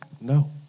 No